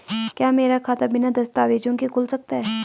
क्या मेरा खाता बिना दस्तावेज़ों के खुल सकता है?